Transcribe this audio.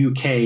UK